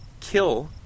kill